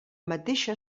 mateixa